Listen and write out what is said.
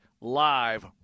live